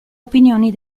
opinioni